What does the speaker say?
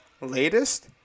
latest